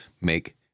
make